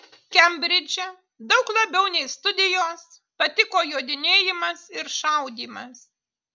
kembridže daug labiau nei studijos patiko jodinėjimas ir šaudymas